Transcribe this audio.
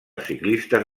ciclistes